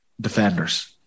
defenders